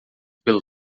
pelo